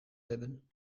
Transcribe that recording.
hebben